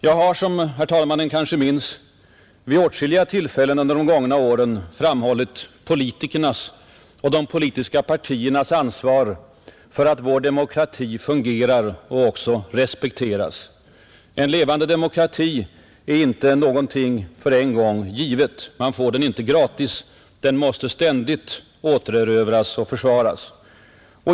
Jag har, som herr talmannen kanske minns, vid åtskilliga tillfällen under de gångna åren framhållit politikernas och de politiska partiernas ansvar för att vår demokrati fungerar och även respekteras, En levande demokrati är inte någonting en gång för alla givet. Man får den inte gratis. Den måste ständigt återerövras och försvaras.